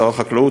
שר החקלאות,